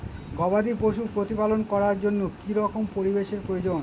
গবাদী পশু প্রতিপালন করার জন্য কি রকম পরিবেশের প্রয়োজন?